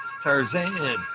Tarzan